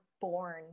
born